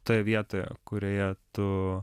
toje vietoje kurioje tu